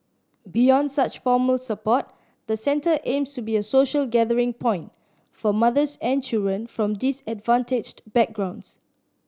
beyond such formal support the centre aims to be a social gathering point for mothers and children from disadvantaged backgrounds